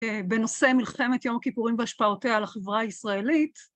בנושא מלחמת יום הכיפורים והשפעותיה על החברה הישראלית.